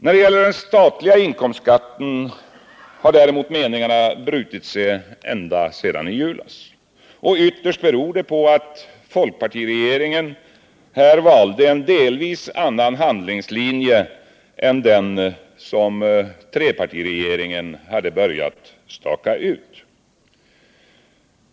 När det gäller den statliga inkomstskatten har däremot meningarna brutit sig ända sedan i julas. Ytterst beror det på att folkpartiregeringen här valde en delvis annan handlingslinje än den som trepartiregeringen hade börjat staka ut.